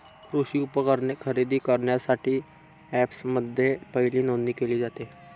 कृषी उपकरणे खरेदी करण्यासाठी अँपप्समध्ये पहिली नोंदणी केली जाते